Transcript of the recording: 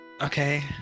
Okay